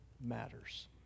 matters